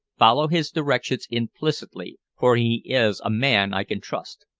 follow his directions implicitly, for he is a man i can trust.